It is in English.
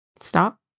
Stop